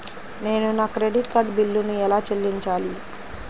నేను నా credit card బిల్లును ఎలా చెల్లించాలీ?